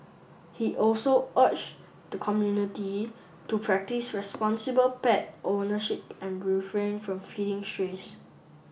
he also urged the community to practise responsible pet ownership and refrain from feeding strays